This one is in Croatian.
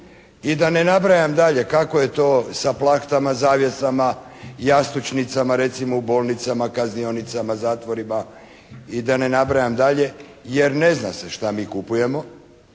I da ne nabrajam dalje kako je to sa plahtama, zavjesama, jastučnicama recimo u bolnicama, kaznionicama, zatvorima i da ne nabrajam dalje, jer ne zna se šta mi kupujemo.